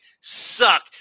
suck